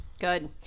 Good